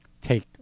take